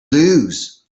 lose